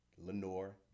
Lenore